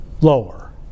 lower